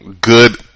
good